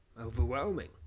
overwhelming